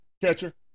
catcher